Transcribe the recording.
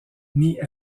nie